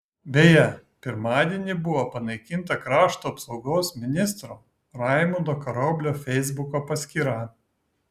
beje pirmadienį buvo panaikinta krašto apsaugos ministro raimundo karoblio feisbuko paskyra